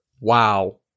Wow